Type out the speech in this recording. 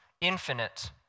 infinite